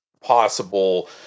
possible